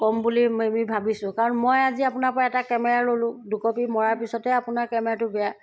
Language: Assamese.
ক'ম বুলি আমি ভাবিছোঁ কাৰণ মই আজি আপোনাৰ পৰা এটা কেমেৰা ললোঁ দুকপি মৰাৰ পিছতে আপোনাৰ কেমেৰাটো বেয়া